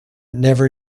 never